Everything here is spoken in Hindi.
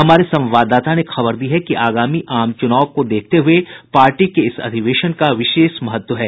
हमारे संवाददाता ने खबर दी है कि आगामी आम चुनाव को देखते हुए पार्टी के इस अधिवेशन का विशेष महत्व है